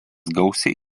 gausiai